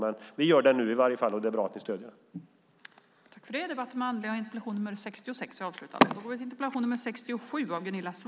Men vi gör det nu, och det är bra att ni stöder det.